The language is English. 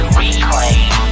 reclaim